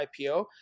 IPO